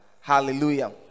hallelujah